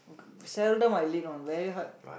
seldom I late one very hard